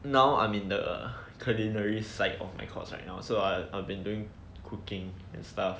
now I'm in the culinary side of my course right now so I have been doing cooking and stuff